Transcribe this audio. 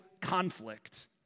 conflict